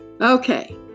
Okay